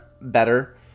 better